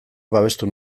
babestu